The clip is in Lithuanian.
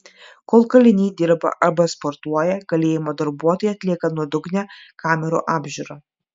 kol kaliniai dirba arba sportuoja kalėjimo darbuotojai atlieka nuodugnią kamerų apžiūrą